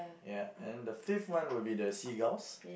ya and then the fifth one will be the seagulls